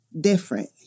different